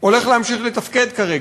הולך להמשיך לתפקד כרגע,